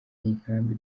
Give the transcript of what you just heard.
y’inkambi